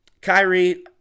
Kyrie